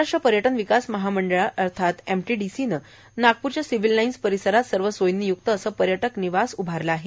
महाराष्ट्र पर्यटन विकास महामंडळाने एमटीडीसी नागपूर इथल्या सिव्हील लाईन येथे सर्व सोयींनी य्क्त असे पर्यटक निवास उभारले आहे